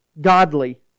godly